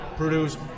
Produce